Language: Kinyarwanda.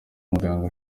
muganga